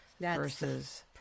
versus